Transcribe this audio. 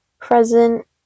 present